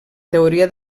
teoria